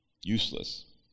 useless